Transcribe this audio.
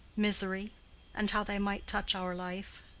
misery and how they might touch our life.